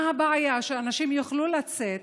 מה הבעיה שאנשים יוכלו לצאת,